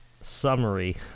summary